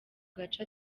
gace